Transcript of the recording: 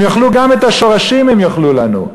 הם יאכלו גם את השורשים, הם יאכלו לנו.